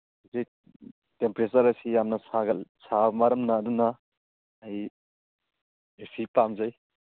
ꯍꯧꯖꯤꯛ ꯇꯦꯝꯄꯔꯦꯆꯔ ꯑꯁꯤ ꯌꯥꯝ ꯁꯥꯕ ꯃꯔꯝꯅ ꯑꯗꯨꯅ ꯑꯩ ꯑꯦ ꯁꯤ ꯄꯥꯝꯖꯩ